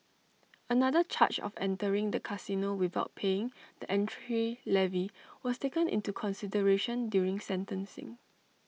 another charge of entering the casino without paying the entry levy was taken into consideration during sentencing